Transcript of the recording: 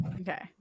okay